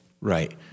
Right